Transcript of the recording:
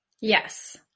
Yes